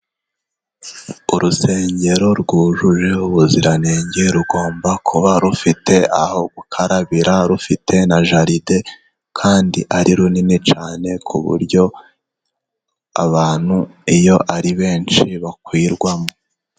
Urusengero rwujuje ubuziranenge, rugomba kuba rufite aho gukarabira, rufite na jalide kandi ari runini cyane ku buryo abantu iyo ari benshi bakwiramo.